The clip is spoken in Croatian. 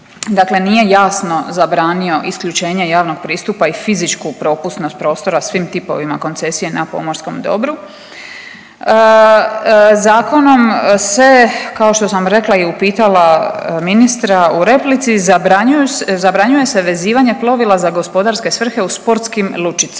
dakle nije jasno zabranio isključenje javnog pristupa i fizičku propust … prostora svim tipovima koncesije na pomorskom dobru. Zakonom se kao što sam rekla i upitala ministra u replici, zabranjuje se vezivanje plovila za gospodarske svrhe u sportskim lučicama.